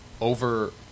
over